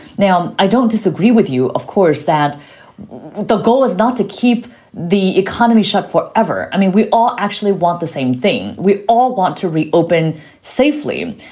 now, i don't disagree with you, of course, that the goal is not to keep the economy shut forever. i mean, we all actually want the same thing. we all want to reopen safely.